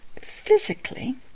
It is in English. Physically